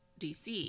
DC